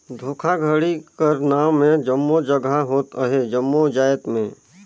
धोखाघड़ी कर नांव में जम्मो जगहा होत अहे जम्मो जाएत में